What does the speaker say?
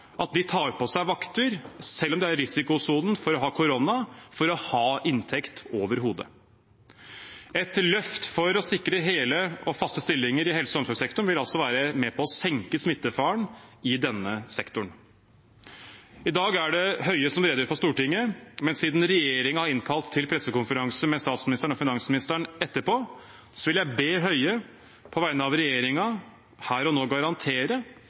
at de tar på seg vakter selv om de er i risikosonen for å ha korona, for å ha inntekt overhodet. Et løft for å sikre hele og faste stillinger i helse- og omsorgssektoren vil altså være med på å senke smittefaren i denne sektoren. I dag er det Høie som redegjør for Stortinget. Men siden regjeringen har innkalt til pressekonferanse med statsministeren og finansministeren etterpå, vil jeg be Høie på vegne av regjeringen her og nå garantere